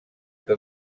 que